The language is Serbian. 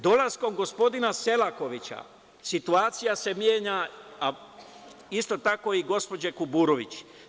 Dolaskom gospodina Selakovića situacija se menja, a isto tako i gospođe Kuburović.